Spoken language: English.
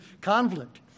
conflict